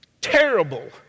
terrible